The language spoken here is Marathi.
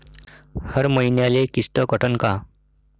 हर मईन्याले किस्त कटन का?